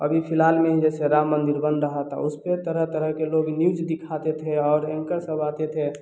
अभी फिलहाल में ही जैसे राम मंदिर बन रहा था उसपे तरह तरह के लोग न्यूज़ दिखाते थे और एंकर सब आते थे